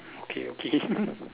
okay okay